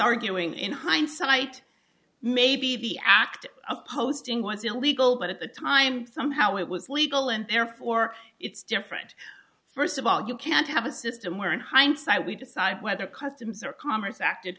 arguing in hindsight maybe the act of posting was illegal but at the time somehow it was legal and therefore it's different first of all you can't have a system where in hindsight we decide whether customs or commerce acted